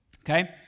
okay